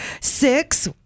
Six